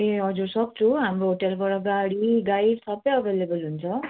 ए हजुर सक्छु हाम्रो होटेलबाट गाडी गाइड सबै एभाइलेबल हुन्छ